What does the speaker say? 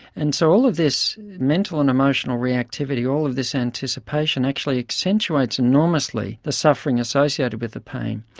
and so all of this mental and emotional reactivity, all of this anticipation actually accentuates enormously the suffering associated with the pain.